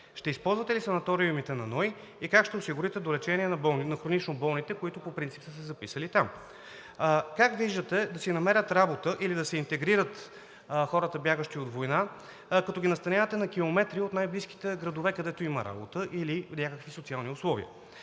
Ще използвате ли санаториумите на НОИ и как ще осигурите долечение на хронично болните, които по принцип са се записали там? Как виждате да си намерят работа или да се интегрират хората, бягащи от война, като ги настанявате на километри от най-близките градове, където има работа или някакви социални условия?